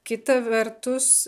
kita vertus